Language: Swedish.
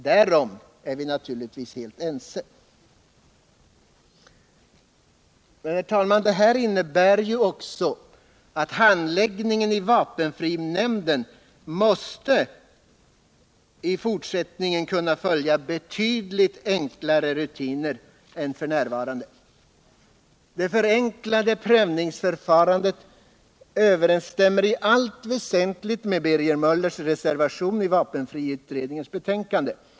Därom är vi helt ense. Herr talman! Detta innebär ju också att handläggningen i vapenfrinämnden i fortsättningen måste kunna följa betydligt enklare rutiner än f. n. Det förenklade prövningsförfarandet överensstämmer i allt väsentligt med Birger Möllers reservation i vapenfriutredningens betänkande.